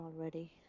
already